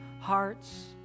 hearts